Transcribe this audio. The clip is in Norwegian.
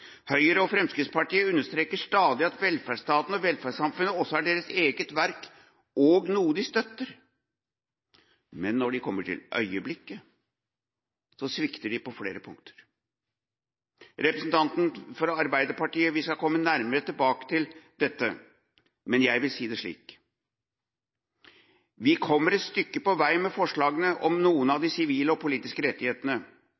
Høyre og Fremskrittspartiet understreker stadig at velferdsstaten og velferdssamfunnet også er deres eget verk, og noe de støtter. Men når de kommer til øyeblikket, svikter de på flere punkter. Representanter for Arbeiderpartiet skal komme nærmere tilbake til dette, men jeg vil si det slik: Vi kommer et stykke på vei med forslagene om noen av